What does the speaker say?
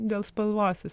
dėl spalvos jis